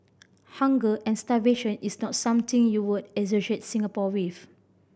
hunger and starvation is not something you would associate Singapore with